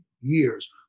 years